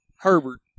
Herbert